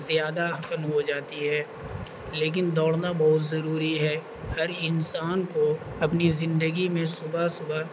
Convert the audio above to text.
زیادہ حخن ہو جاتی ہے لیکن دوڑنا بہت ضروری ہے ہر انسان کو اپنی زندگی میں صبح صبح